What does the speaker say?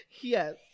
Yes